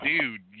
dude